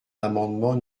l’amendement